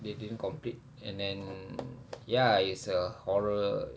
they didn't complete and then ya it's a horror